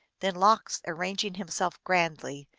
then lox, arraying himself grandly,